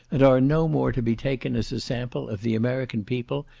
and are no more to be taken as a sample of the american people,